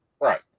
Right